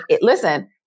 listen